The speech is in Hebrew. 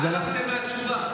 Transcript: מה הבנתם מהתשובה?